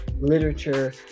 literature